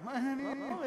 לעמוד בפניו,